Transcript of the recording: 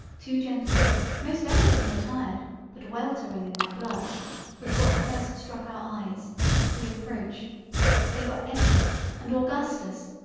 two gentlemen most elegantly attired but weltering in their blood was what first struck our eyes we approached they were edward and augustus.